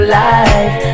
life